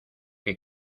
que